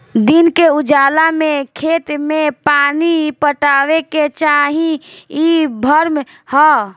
दिन के उजाला में खेत में पानी पटावे के चाही इ भ्रम ह